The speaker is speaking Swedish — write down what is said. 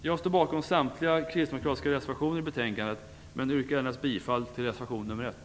Jag står bakom samtliga kristdemokratiska reservationer i betänkandet men yrkar endast bifall till reservation nr 1.